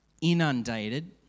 inundated